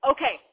Okay